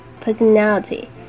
personality